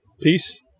Peace